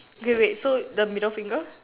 okay wait so the middle finger